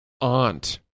aunt